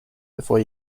before